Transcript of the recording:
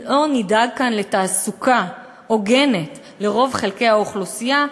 אם לא נדאג כאן לתעסוקה הוגנת לרוב חלקי האוכלוסייה,